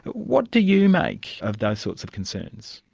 what do you make of those sorts of concerns?